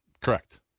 Correct